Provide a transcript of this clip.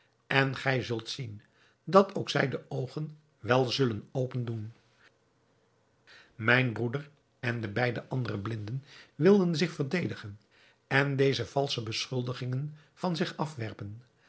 en gij zult zien dat ook zij de oogen wel zullen open doen mijn broeder en de beide andere blinden wilden zich verdedigen en deze valsche beschuldigingen van zich afwerpen